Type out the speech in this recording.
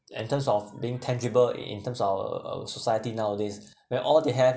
in terms of being tangible in terms uh uh uh society nowadays where all they have